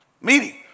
meeting